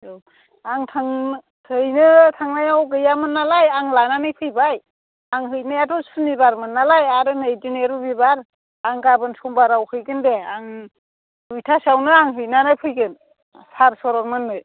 औ आं हैनो थांनायाव गैयामोन नालाय आं लानानै फैबाय आं हैनायाथ' सुनिबारमोन नालाय आरो नै दिनै रबिबार आं गाबोन सम्बाराव हैगोन दे आं दुइटासोयावनो आं हैनानै फैगोन सार सरब मोननो